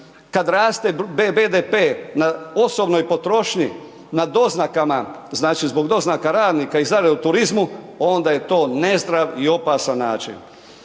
kada raste BDP na osobnoj potrošnji, zbog doznaka radnika i zarade u turizmu onda je to nezdrav i opasan način.